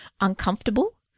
uncomfortable